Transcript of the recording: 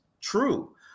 true